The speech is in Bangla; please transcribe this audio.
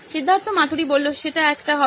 সিদ্ধার্থ মাতুরি সেটা একটা হবে